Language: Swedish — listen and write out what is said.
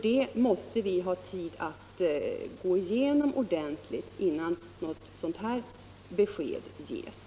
Den måste vi ha tid att gå igenom ordentligt, innan besked ges.